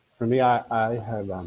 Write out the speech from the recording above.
for me, i have